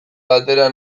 batera